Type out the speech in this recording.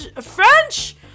French